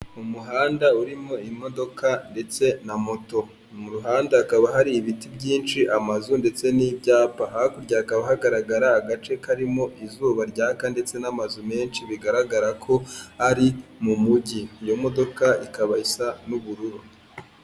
Umuhanda urimo imodoka ndetse na moto, mu ruhande hakaba hari ibiti byinshi, amazu ndetse n'ibyapa, hakurya hakaba hagaragara agace karimo izuba ryaka ndetse n'amazu menshi bigaragara ko ari mu mujyi, iyo modoka ikaba isa n'ubururu.